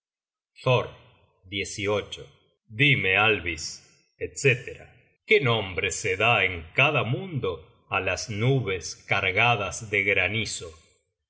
mundo thor dime alvis etc qué nombre seda en cada mundo á las nubes cargadas de granizo